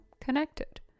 connected